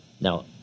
Now